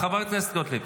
חברת הכנסת גוטליב.